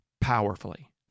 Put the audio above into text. powerfully